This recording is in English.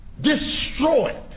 destroyed